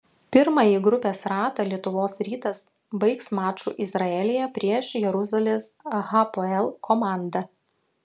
pirmąjį grupės ratą lietuvos rytas baigs maču izraelyje prieš jeruzalės hapoel komandą